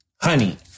Honey